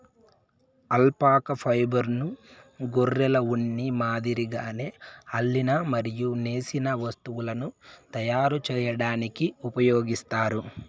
alpaca ఫైబర్ను గొర్రెల ఉన్ని మాదిరిగానే అల్లిన మరియు నేసిన వస్తువులను తయారు చేయడానికి ఉపయోగిస్తారు